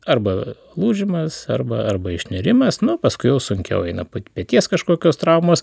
arba lūžimas arba arba išnirimas nu paskui jau sunkiau eina peties kažkokios traumos